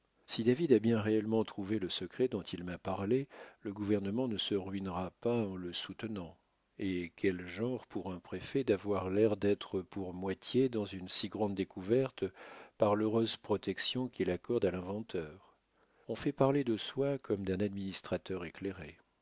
si david a bien réellement trouvé le secret dont il m'a parlé le gouvernement ne se ruinera pas en le soutenant et quel genre pour un préfet d'avoir l'air d'être pour moitié dans une si grande découverte par l'heureuse protection qu'il accorde à l'inventeur on fait parler de soi comme d'un administrateur éclairé